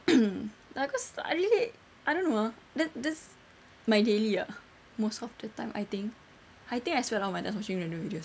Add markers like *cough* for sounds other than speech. *coughs* now cause I really I don't know uh then this my daily ah most of the time I think I think I spend all my time watching random videos